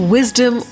Wisdom